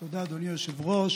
תודה, אדוני היושב-ראש.